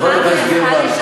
חברת הכנסת גרמן,